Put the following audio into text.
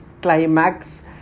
Climax